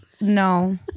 No